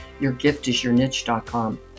yourgiftisyourniche.com